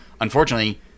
unfortunately